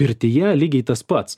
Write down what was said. pirtyje lygiai tas pats